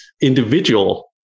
individual